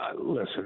listen